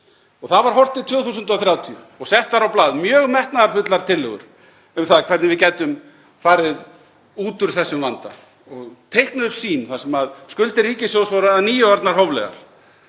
Það var horft til 2030 og settar á blað mjög metnaðarfullar tillögur um það hvernig við gætum farið út úr þessum vanda og teiknuð upp sýn þar sem skuldir ríkissjóðs voru að nýju orðnar hóflegar